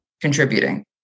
contributing